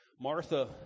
Martha